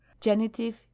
genitive